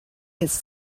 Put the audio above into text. his